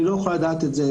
ואני לא יכול לדעת את זה.